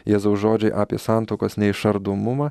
jėzaus žodžiai apie santuokos neišardomumą